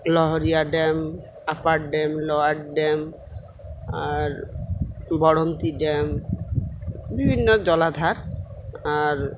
Lahariya dam upper dam lower dam আর Baranti dam বিভিন্ন জলাধার আর